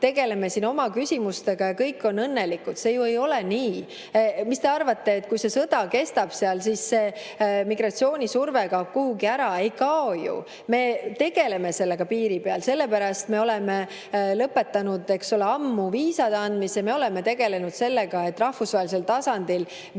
tegeleme siin oma küsimustega ja kõik on õnnelikud. See ju ei ole nii! Kas te arvate, et kui see sõda kestab seal, siis see migratsioonisurve kaob kuhugi ära? Ei kao ju! Me tegeleme sellega piiri peal, sellepärast me oleme lõpetanud ammu viisade andmise. Me oleme tegelenud sellega, et rahvusvahelisel tasandil